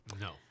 No